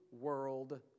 World